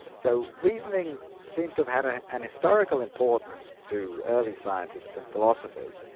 so reasoning seems to have had ah an and historical importance to early scientists and philosophers,